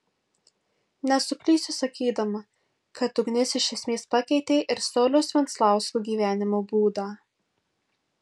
nesuklysiu sakydama kad ugnis iš esmės pakeitė ir sauliaus venclausko gyvenimo būdą